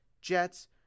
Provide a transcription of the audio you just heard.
Jets